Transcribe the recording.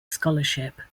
scholarship